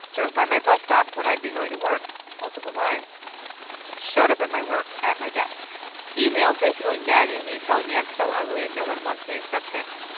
drove by my bus stop when i'd be going to work multiple times showed up at my work at my desk email basically me nagging me telling me i'm so ugly and no one wants me except him.